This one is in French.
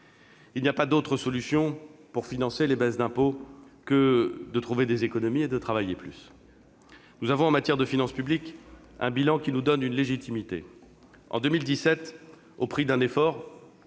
Il n'y a pas d'autres solutions, pour financer les baisses d'impôts, que de trouver des économies et de travailler plus. Et voilà ! Nous avons, en matière de finances publiques, un bilan qui nous donne une légitimité : en 2017, dès notre